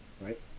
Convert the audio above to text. right